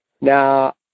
Now